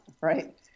right